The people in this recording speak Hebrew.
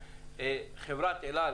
- האם חברת אל על